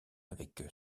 avec